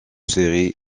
série